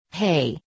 Hey